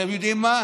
אתם יודעים מה?